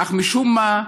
אך משום מה,